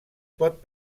pot